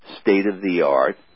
state-of-the-art